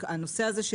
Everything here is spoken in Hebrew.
הנושא הזה של